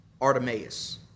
Artemis